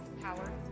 power